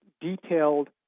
detailed